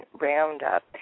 Roundup